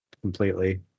completely